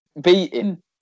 beating